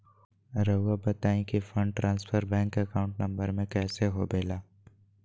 रहुआ बताहो कि fund transfer bank account number में कैसे होबेला?